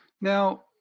now